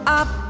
up